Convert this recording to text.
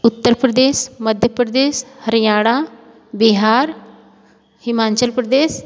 Uttar Pradesh Madhya Pradesh Haryana Bihar Himachal Pradesh